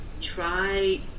try